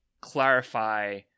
clarify